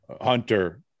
Hunter